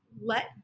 let